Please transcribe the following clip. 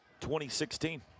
2016